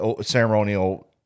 ceremonial